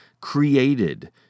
created